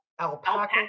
Alpaca